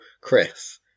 Chris